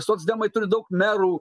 socdemai turi daug merų